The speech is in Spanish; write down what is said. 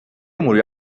murió